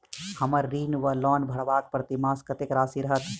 हम्मर ऋण वा लोन भरबाक प्रतिमास कत्तेक राशि रहत?